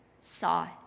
saw